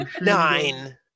Nine